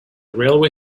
railway